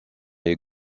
est